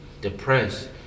depressed